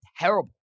terrible